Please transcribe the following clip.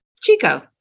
Chico